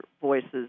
voices